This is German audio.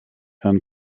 herrn